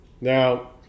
Now